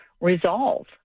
resolve